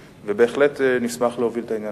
הציבור (מזון) (חובת סימון סוכרים ושומנים במזון),